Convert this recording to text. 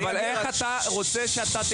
לא, לא, לא.